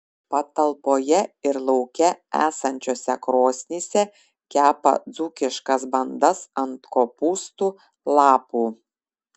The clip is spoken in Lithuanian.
patalpoje ir lauke esančiose krosnyse kepa dzūkiškas bandas ant kopūstų lapų